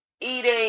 eating